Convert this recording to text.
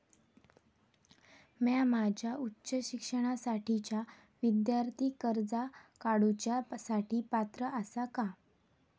म्या माझ्या उच्च शिक्षणासाठीच्या विद्यार्थी कर्जा काडुच्या साठी पात्र आसा का?